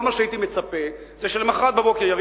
כל מה שהייתי מצפה זה שלמחרת בבוקר ירים